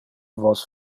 vos